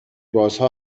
بازها